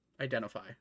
identify